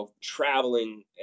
traveling